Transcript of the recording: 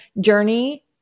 journey